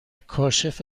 کاشف